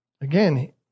Again